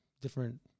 different